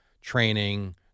training